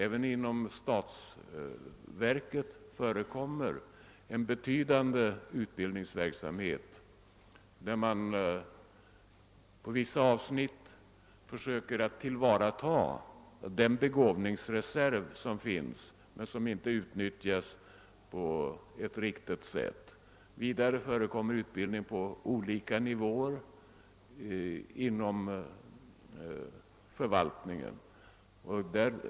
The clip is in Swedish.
Även: inom statsverken förekommer betydande utbildning, där man på vissa avsnitt försöker tillvarata den begåvningsreserv som finns men som inte utnyttjas. Vidar. re förekommer utbildning på olika ni-. våer inom förvaltningen.